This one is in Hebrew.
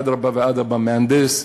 אדרבה ואדרבה, מהנדס.